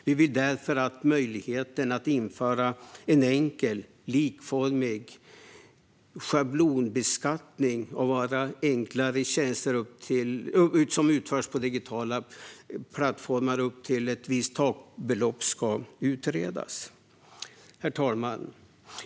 Vi vill därför att möjligheten att införa en enkel och likformig schablonbeskattning av alla enklare tjänster som utförs på digitala plattformar upp till ett visst takbelopp ska utredas. Herr talman!